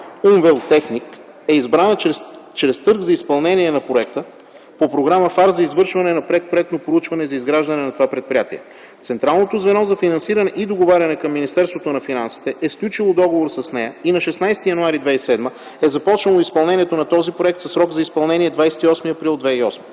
„Умвелтехник” е избрана чрез търг за изпълнение на проекта по програма ФАР за извършване на предпроектно проучване за изграждане на това предприятие. Централното звено за финансиране и договаряне към Министерството на финансите е сключило договор с нея и на 16 януари 2007 г. е започнало изпълнението на този проект със срок за изпълнение – 28 април 2008